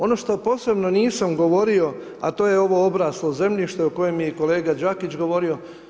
Ono što posebno nisam govorio, a to je ovo obraslo zemljište o kojem je i kolega Đakić govorio.